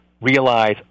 realize